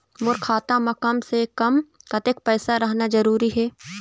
मोर खाता मे कम से से कम कतेक पैसा रहना जरूरी हे?